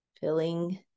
filling